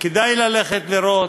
כדאי ללכת לראות,